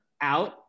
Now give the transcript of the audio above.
out